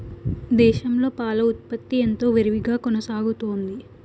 దేశంలో పాల ఉత్పత్తి ఎంతో విరివిగా కొనసాగుతోంది